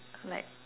like